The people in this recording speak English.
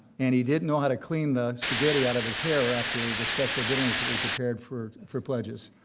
and he didn't know how to clean the spaghetti out of his hair after the special dinner's that we prepared for for pledges.